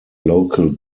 local